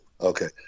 Okay